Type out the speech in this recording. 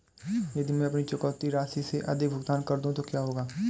यदि मैं अपनी चुकौती राशि से अधिक भुगतान कर दूं तो क्या होगा?